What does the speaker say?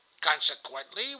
Consequently